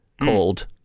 called